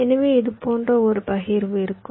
எனவே இது போன்ற ஒரு பகிர்வு இருக்கும்